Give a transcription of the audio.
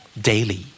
Daily